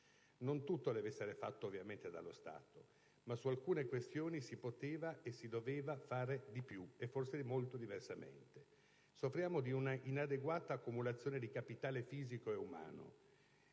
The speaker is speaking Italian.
ovviamente deve essere fatto dallo Stato, ma su alcune questioni si poteva e si doveva fare di più, e forse molto diversamente. Soffriamo di una inadeguata accumulazione di capitale fisico e umano;